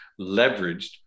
leveraged